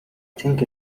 think